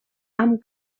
amb